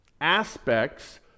aspects